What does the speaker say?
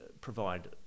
provide